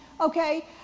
Okay